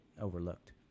overlooked